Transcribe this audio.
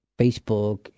Facebook